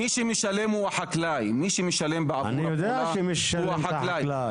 מי שמשלם בעבור הפעולה הוא החקלאי,